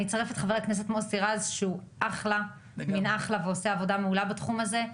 אני אצרף את חבר הכנסת מוסי רז שעושה עבודה מעולה בתחום הזה.